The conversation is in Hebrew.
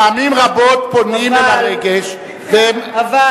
פעמים רבות פונים אל הרגש והם,